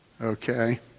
Okay